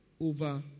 over